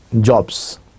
Jobs